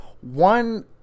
one –